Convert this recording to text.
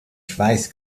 schweiß